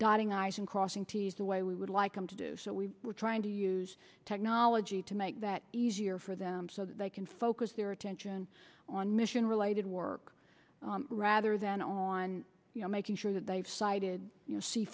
dotting i's and crossing ts the way we would like them to do so we were trying to use technology to make that easier for them so they can focus their attention on mission related work rather than on you know making sure that they've cited you know